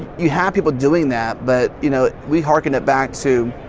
you have people doing that but, you know, we harken it back to,